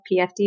PFD